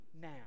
now